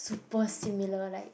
super similar like